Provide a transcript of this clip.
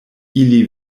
ili